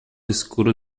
escuro